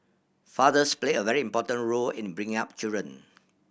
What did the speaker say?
fathers play a very important role in bringing up children